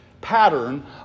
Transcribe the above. pattern